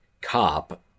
cop